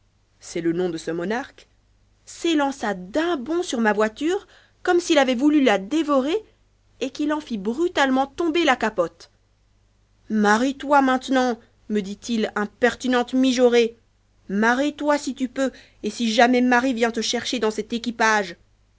s'élança d'un bond sur ma voiture comme s'il avait voulu la dévorer et qu'il en fit brutalement tomber la capote marietoi maintenant me dit-il impertinente mijaurée marie-toi si tu peux et si jamais mari vient te ch rcher dans cet équipage